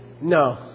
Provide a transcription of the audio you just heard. No